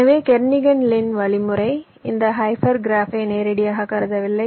எனவே Kernighan Lin வழிமுறை இந்த ஹைப்பர் கிராபை நேரடியாகக் கருதவில்லை